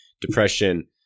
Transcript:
depression